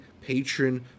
Patron